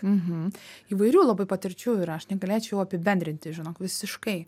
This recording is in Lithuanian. mhm įvairių labai patirčių ir aš negalėčiau apibendrinti žinok visiškai